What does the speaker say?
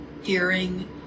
hearing